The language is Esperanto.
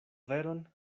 veron